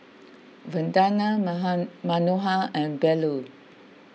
Vandana Manohar and Bellur